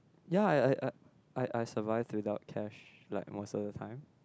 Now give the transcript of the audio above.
ya I I I I survive without cash like most of the time